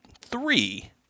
three